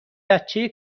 بچه